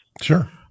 Sure